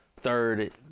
third